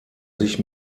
sich